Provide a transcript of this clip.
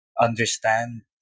understand